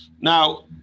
Now